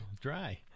dry